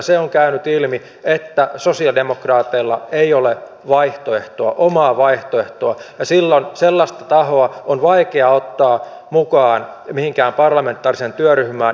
se on käynyt ilmi että sosialidemokraateilla ei ole omaa vaihtoehtoa ja silloin sellaista tahoa jolla ei ole omaa näkemystä on vaikea ottaa mukaan mihinkään parlamentaariseen työryhmään